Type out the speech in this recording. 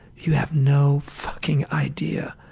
you have no fucking idea